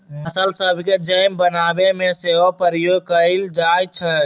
फल सभके जैम बनाबे में सेहो प्रयोग कएल जाइ छइ